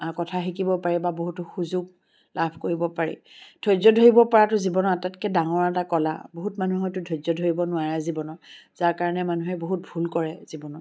কথা শিকিব পাৰি বা বহুতো সুযোগ লাভ কৰিব পাৰি ধৰ্য্য ধৰিব পৰাটো জীৱনৰ আটাইতকৈ ডাঙৰ এটা কলা বহুত মানুহৰতো ধৰ্য্য ধৰিব নোৱাৰে জীৱনত যাৰ কাৰণে মানুহে বহুত ভুল কৰে জীৱনত